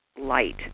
light